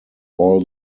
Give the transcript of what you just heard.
all